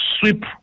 sweep